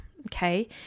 Okay